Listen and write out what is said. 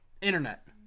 Internet